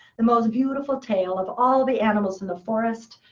the most beautiful tail of all the animals of the forest,